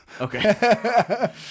okay